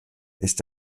ist